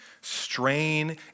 strain